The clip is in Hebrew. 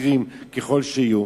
ככל שיהיו,